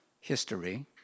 history